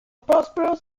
prosperous